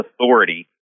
authority